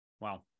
Wow